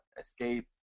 escape